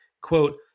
quote